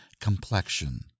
complexion